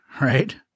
right